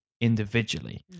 Individually